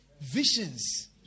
visions